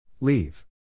Leave